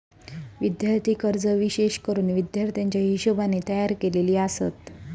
विद्यार्थी कर्जे विशेष करून विद्यार्थ्याच्या हिशोबाने तयार केलेली आसत